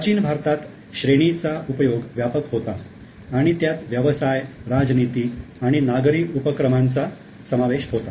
प्राचीन भारतात 'श्रेणी'चा उपयोग व्यापक होता आणि त्यात व्यवसाय राजनीति आणि नागरी उपक्रमांचा समावेश होता